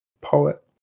poet